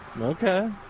okay